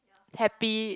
happy